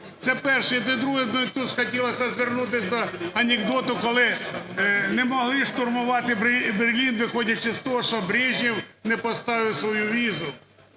Це перше. І друге. Тут хотілося б звернутися до анекдоту, коли не могли штурмувати Берлін, виходячи з того, що Брежнєв не поставив свою візу.